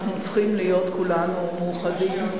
אנחנו צריכים להיות כולנו מאוחדים.